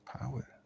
power